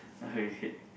oh okay